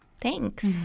Thanks